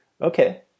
Okay